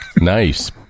Nice